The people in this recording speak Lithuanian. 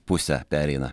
pusę pereina